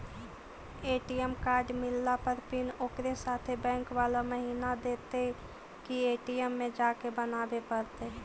ATM card मिलला पर PIN ओकरे साथे बैक बाला महिना देतै कि ए.टी.एम में जाके बना बे पड़तै?